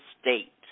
state